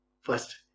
first